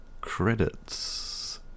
credits